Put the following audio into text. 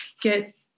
get